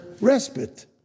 Respite